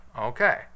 Okay